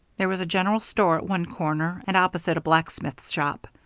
there was a general store at one corner, and, opposite, a blacksmith's shop.